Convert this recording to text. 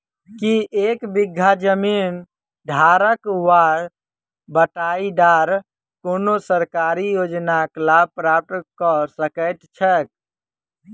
की एक बीघा जमीन धारक वा बटाईदार कोनों सरकारी योजनाक लाभ प्राप्त कऽ सकैत छैक?